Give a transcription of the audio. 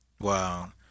Wow